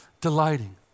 delighting